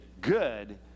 good